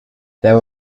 there